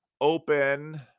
open